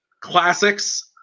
classics